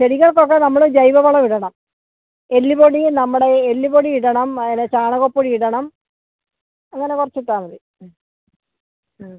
ചെടികൾക്കൊക്കെ നമ്മൾ ജൈവ വളം ഇടണം എല്ല് പൊടിയും നമ്മുടെ എല്ലുപൊടി ഇടണം പിന്നെ ചാണകപ്പൊടി ഇടണം അങ്ങനെ കുറച്ച് ഇട്ടാൽ മതി മ് ആ